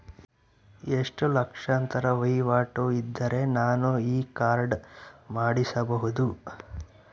ಎಷ್ಟು ಲಕ್ಷಾಂತರ ವಹಿವಾಟು ಇದ್ದರೆ ನಾವು ಈ ಕಾರ್ಡ್ ಮಾಡಿಸಬಹುದು?